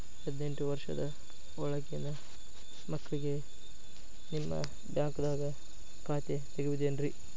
ಹದಿನೆಂಟು ವರ್ಷದ ಒಳಗಿನ ಮಕ್ಳಿಗೆ ನಿಮ್ಮ ಬ್ಯಾಂಕ್ದಾಗ ಖಾತೆ ತೆಗಿಬಹುದೆನ್ರಿ?